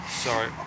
Sorry